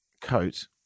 coat